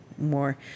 more